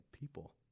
people